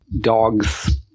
dog's